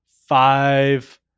five